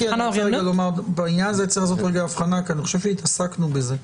בעניין הזה צריך לעשות הבחנה כאן ואני חושב שעסקנו בזה.